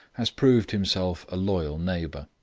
has proved himself a loyal neighbour.